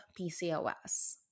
PCOS